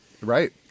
right